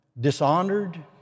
dishonored